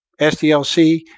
SDLC